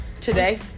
today